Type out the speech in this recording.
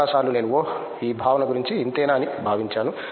చాలా సార్లు నేను ఓహ్ ఈ భావన గురించి ఇంతేనా అని భావించాను